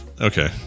Okay